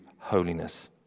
Holiness